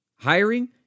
Hiring